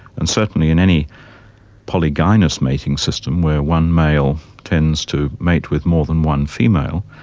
and certainly in any polygynous mating system where one male tends to mate with more than one female,